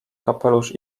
kapelusz